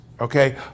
okay